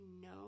no